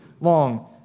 long